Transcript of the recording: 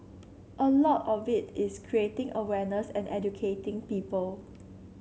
a lot of it is creating awareness and educating people